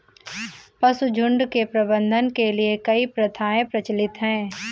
पशुझुण्ड के प्रबंधन के लिए कई प्रथाएं प्रचलित हैं